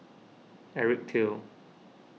Eric Teo